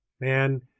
man